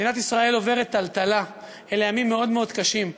מדינת ישראל עוברת טלטלה, אלה ימים מאוד קשים.